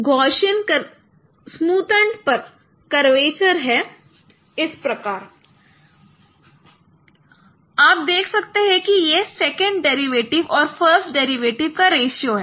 Gaussian smoothened पर curvature है आप देख सकते हैं कि यह सेकंड डेरिवेटिव और फ़र्स्ट डेरिवेटिव का रेशियो है